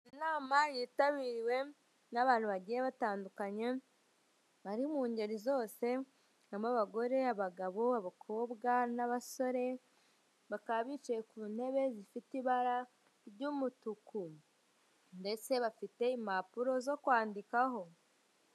Inama yitabiriwe n'abantu bagiye batandukanye bari mu ngeri zose, harimo abagore, abagabo, abakobwa n'abasore. Bakaba bicaye ku ntebe zifite ibara ry'umutuku ndetse bafite impapuro zo kwandikaho.